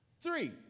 Three